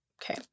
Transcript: Okay